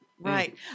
Right